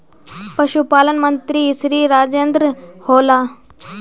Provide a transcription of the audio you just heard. पशुपालन मंत्री श्री राजेन्द्र होला?